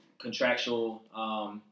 contractual